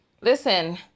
listen